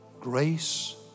grace